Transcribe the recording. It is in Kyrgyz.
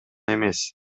эмес